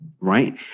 Right